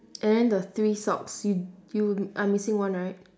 and then the three socks you you are missing one right